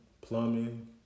plumbing